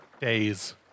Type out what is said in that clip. days